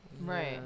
Right